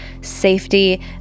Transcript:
safety